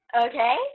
Okay